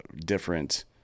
different